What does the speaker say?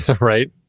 right